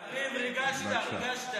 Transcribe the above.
קריב, ריגשת.